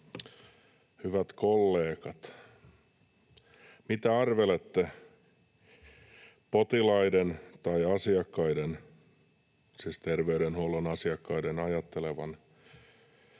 hyvät kollegat! Mitä arvelette potilaiden tai terveydenhuollon asiakkaiden ajattelevan,